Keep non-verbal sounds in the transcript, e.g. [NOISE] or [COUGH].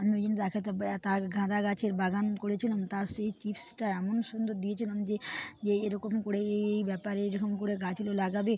আমি ওই জন্য তার কথা [UNINTELLIGIBLE] তার গাঁদা গাছের বাগান করেছিলাম তার সেই টিপসটা এমন সুন্দর দিয়েছিলাম যে যে এরকম করে এই এই ব্যাপার এই রকম করে গাছগুলো লাগাবে